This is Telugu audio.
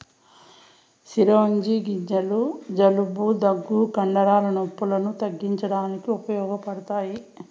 చిరోంజి గింజలు జలుబు, దగ్గు, కండరాల నొప్పులను తగ్గించడానికి ఉపయోగపడతాయి